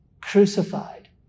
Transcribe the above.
crucified